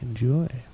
Enjoy